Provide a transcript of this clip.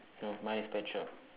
no mine is pet shop